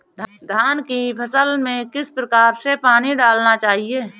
धान की फसल में किस प्रकार से पानी डालना चाहिए?